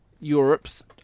Europe's